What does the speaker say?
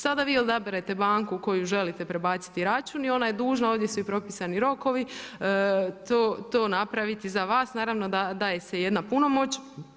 Sada vi odaberete banku u koju želite prebaciti račun i ona je dužna, ovdje su i propisani rokovi, to napraviti za vas, naravno da daje se jedna punomoć.